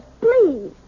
please